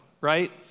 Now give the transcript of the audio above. Right